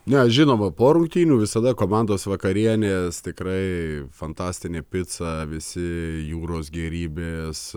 ne žinoma po rungtynių visada komandos vakarienės tikrai fantastinė pica visi jūros gėrybės